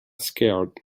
scared